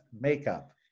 Makeup